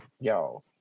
Yo